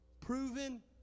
proven